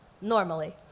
normally